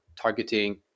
targeting